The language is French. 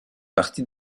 partie